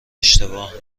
اشتباه